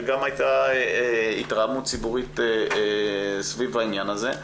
וגם הייתה התרעמות ציבורית סביב העניין הזה.